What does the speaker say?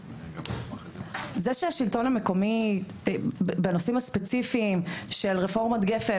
זה שהשלטון המקומי בנושאים ספציפיים של רפורמת גפ"ן,